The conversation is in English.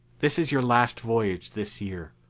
this is your last voyage this year.